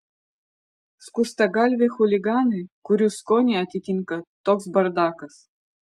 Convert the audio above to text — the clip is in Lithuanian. skustagalviai chuliganai kurių skonį atitinka toks bardakas